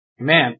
Amen